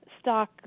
stock